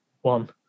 one